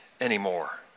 anymore